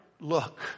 look